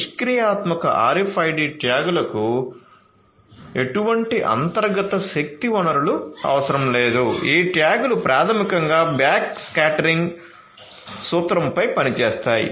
నిష్క్రియాత్మక RFID ట్యాగ్లకు ఎటువంటి అంతర్గత శక్తి వనరులు అవసరం లేదు ఈ ట్యాగ్లు ప్రాథమికంగా బ్యాక్స్కాటరింగ్ సూత్రంపై పనిచేస్తాయి